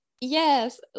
Yes